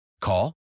Call